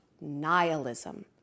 nihilism